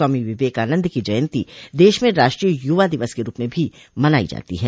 स्वामी विवेकानंद की जयंती देश में राष्ट्रीय युवा दिवस के रूप में भी मनाई जाती है